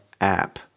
app